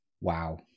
Wow